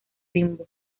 bimbo